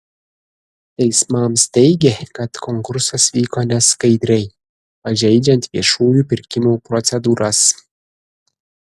teismams teigė kad konkursas vyko neskaidriai pažeidžiant viešųjų pirkimų procedūras